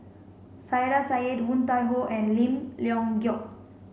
Saiedah Woon Tai Ho and Lim Leong Geok